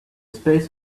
space